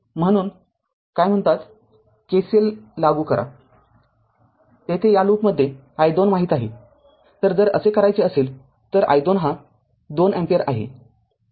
म्हणून काय call KVL लागू करा येथे या लूपमध्ये i२ माहीत आहे तरजर असे करायचे असेल तर i२ हा २ अँपिअर आहे